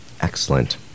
Excellent